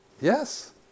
Yes